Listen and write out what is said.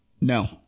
No